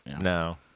No